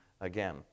again